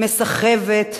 מסחבת,